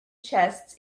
chests